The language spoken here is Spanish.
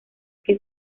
que